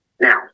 Now